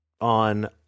on